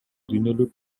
дүйнөлүк